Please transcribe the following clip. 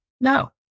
No